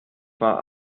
zwar